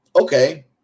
okay